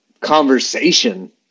conversation